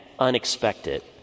Unexpected